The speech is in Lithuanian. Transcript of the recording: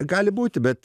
gali būti bet